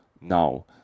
Now